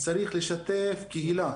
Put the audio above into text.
צריך לשתף קהילה.